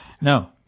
No